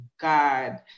god